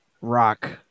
rock